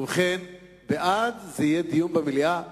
ובכן, בעד זה דיון במליאה.